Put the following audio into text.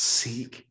seek